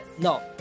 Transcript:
no